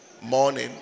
morning